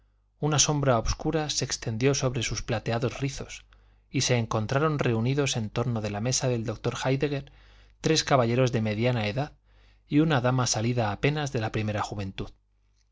una sombra obscura se extendió sobre sus plateados rizos y se encontraron reunidos en torno de la mesa del doctor héidegger tres caballeros de mediana edad y una dama salida apenas de la primera juventud